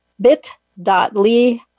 bit.ly